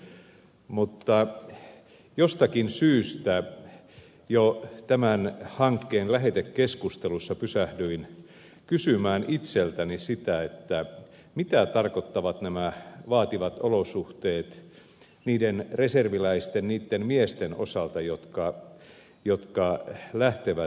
mutta jostakin syystä jo tämän hankkeen lähetekeskustelussa pysähdyin kysymään itseltäni sitä mitä tarkoittavat nämä vaativat olosuhteet niiden reserviläisten niitten miesten osalta jotka lähtevät tsadiin